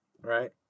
right